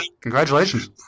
Congratulations